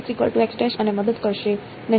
મને મદદ કરશે નહીં